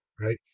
right